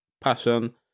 Passion